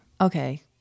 okay